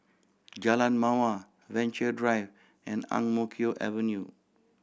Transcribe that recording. Jalan Mawar Venture Drive and Ang Mo Kio Avenue